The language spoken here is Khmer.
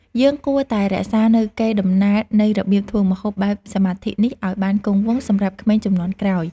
យើងគួរតែរក្សានូវកេរដំណែលនៃរបៀបធ្វើម្ហូបបែបសមាធិនេះឱ្យបានគង់វង្សសម្រាប់ក្មេងជំនាន់ក្រោយ។